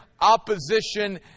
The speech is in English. opposition